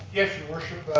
yes your worship,